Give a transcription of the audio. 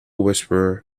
whisperer